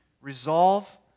resolve